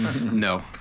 no